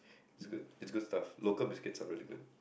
it's good it's good stuff local biscuits are really good